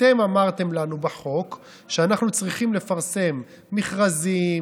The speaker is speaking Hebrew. אתם אמרתם לנו בחוק שאנחנו צריכים לפרסם מכרזים,